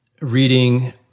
reading